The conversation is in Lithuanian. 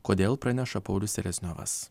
kodėl praneša paulius selezniovas